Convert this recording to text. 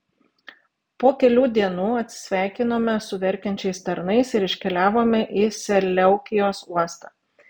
po kelių dienų atsisveikinome su verkiančiais tarnais ir iškeliavome į seleukijos uostą